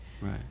Right